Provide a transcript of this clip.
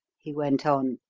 he went on.